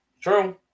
True